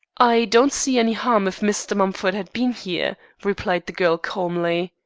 i don't see any harm if mr. mumford had been here replied the girl calmly.